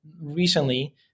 recently